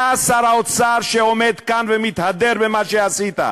אתה שר האוצר שעומד כאן ומתהדר במה שעשית,